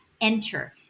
enter